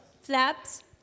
flaps